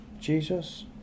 Jesus